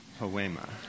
Poema